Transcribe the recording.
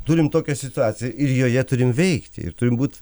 turim tokią situaciją ir joje turim veikti ir turim būt